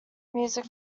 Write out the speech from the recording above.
music